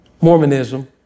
Mormonism